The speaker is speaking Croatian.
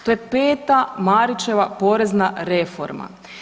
To je peta Marićeva porezna reforma.